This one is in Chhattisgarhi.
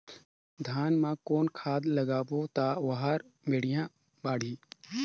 धान मा कौन खाद लगाबो ता ओहार बेडिया बाणही?